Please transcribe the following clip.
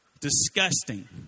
disgusting